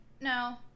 no